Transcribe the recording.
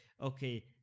okay